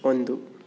ಒಂದು